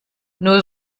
nur